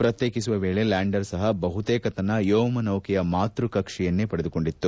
ಪ್ರತ್ಯೇಕಿಸುವ ವೇಳೆ ಲ್ಯಾಂಡರ್ ಸಪ ಬಹುತೇಕ ತನ್ನ ವ್ಯೋಮ ನೌಕೆಯ ಮಾತೃಕಕ್ಷೆಯನ್ನೇ ಪಡೆದುಕೊಂಡಿತ್ತು